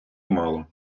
мало